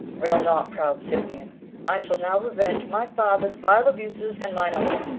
rail not, proud scythian i shall now revenge my father's vile abuses and mine own.